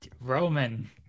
roman